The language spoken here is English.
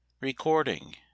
Recording